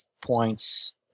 points